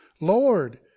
Lord